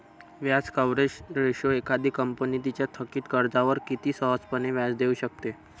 व्याज coverage ratio एखादी company तिच्या थकित कर्जावर किती सहजपणे व्याज देऊ शकते